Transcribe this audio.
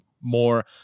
more